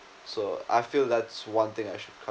so I feel that's one thing I should cut